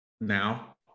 now